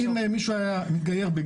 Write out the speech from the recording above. ועדיין כשהם ילכו לתהליך של